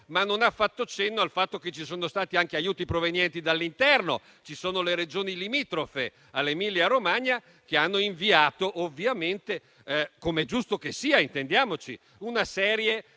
ma non ha fatto cenno al fatto che ci sono stati anche aiuti provenienti dall'interno. Ci sono le Regioni limitrofe all'Emilia-Romagna che hanno inviato ovviamente - com'è giusto che sia, intendiamoci - una serie di